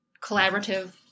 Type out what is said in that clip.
collaborative